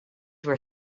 were